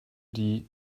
die